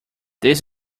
this